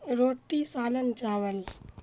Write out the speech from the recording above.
روٹی سالن چاول